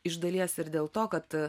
iš dalies ir dėl to kad